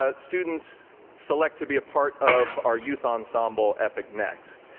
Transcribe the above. ah students select to be a part of our youth ensemble, epic next.